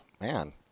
Man